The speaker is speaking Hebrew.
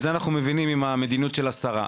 את זה אנחנו מבינים גם מהמדיניות של השרה,